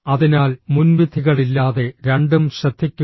അതിനാൽ മുൻവിധികളില്ലാതെ രണ്ടും ശ്രദ്ധിക്കുക